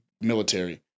military